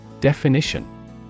Definition